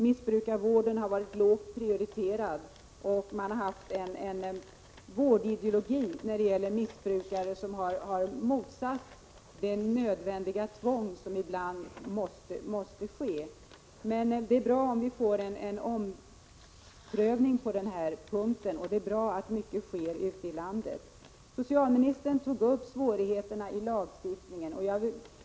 Missbrukarvården har varit lågt prioriterad, och man har haft en vårdideologi när det gäller missbrukare som har motsatt sig det nödvändiga tvång som ibland måste tillgripas. Det är bra om vi får en omprövning på denna punkt, och det är bra att mycket sker ute i landet. Socialministern tog upp svårigheterna i lagstiftningen.